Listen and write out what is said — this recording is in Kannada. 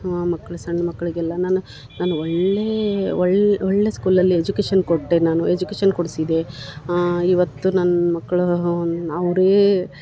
ಹಾಂ ಮಕ್ಳು ಸಣ್ಣ ಮಕ್ಕಳಿಗೆಲ್ಲ ನಾನು ನಾನು ಒಳ್ಳೆಯ ಒಳ್ಳೆಯ ಸ್ಕೂಲಲ್ಲಿ ಎಜುಕೇಶನ್ ಕೊಟ್ಟೆ ನಾನು ಎಜುಕೇಶನ್ ಕೊಡ್ಸಿದೆ ಇವತ್ತು ನನ್ನ ಮಕ್ಕಳು ಅವರೆ